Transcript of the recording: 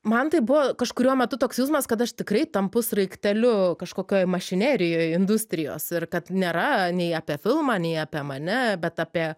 man tai buvo kažkuriuo metu toks jausmas kad aš tikrai tampu sraigteliu kažkokioj mašinerijoj industrijos ir kad nėra nei apie filmą nei apie mane bet apie